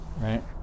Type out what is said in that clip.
right